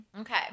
okay